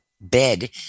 bed